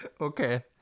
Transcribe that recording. Okay